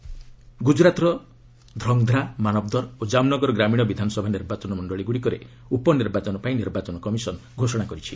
EC bypoll ଗୁଜରାଟର ଧ୍ରଙ୍ଗଧ୍ରା ମାନବଦର ଓ କାମନଗର ଗ୍ରାମିଣ ବିଧାନସଭା ନିର୍ବାଚନ ମଣ୍ଡଳୀଗୁଡ଼ିକରେ ଉପନିର୍ବାଚନ ପାଇଁ ନିର୍ବାଚନ କମିଶନ ଘୋଷଣା କରିଛି